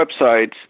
websites